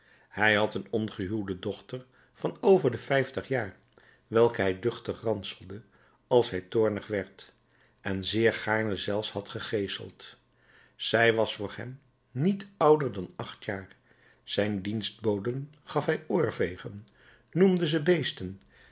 hij had een ongehuwde dochter van over de vijftig jaar welke hij duchtig ranselde als hij toornig werd en zeer gaarne zelfs had gegeeseld zij was voor hem niet ouder dan acht jaar zijn dienstboden gaf hij oorvegen noemde ze beesten